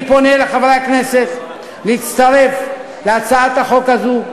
אני פונה לחברי הכנסת להצטרף להצעת החוק הזו.